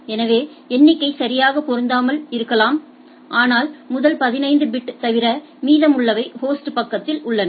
எனவே எண்ணிக்கை சரியாக பொருந்தாமல் இருக்கலாம் ஆனால் முதல் 15 பிட் தவிர மீதமுள்ளவை ஹோஸ்ட் பக்கத்தில் உள்ளன